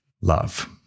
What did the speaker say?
love